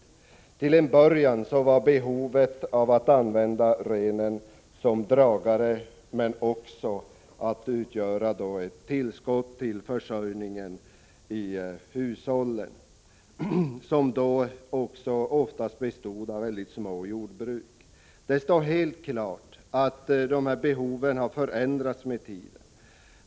Anledningen till att denna form av renskötsel legaliserades var dels att den bofasta befolkningen behövde använda renen som dragare, dels att renen utgjorde ett värdefullt tillskott i hushållens försörjning — hushållen bestod oftast av mycket små jordbruk. Det står helt klart att dessa behov har förändrats med tiden.